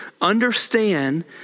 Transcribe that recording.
understand